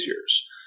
years